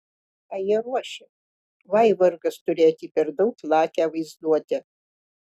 ką jie ruošia vai vargas turėti per daug lakią vaizduotę